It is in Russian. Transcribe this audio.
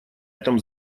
этом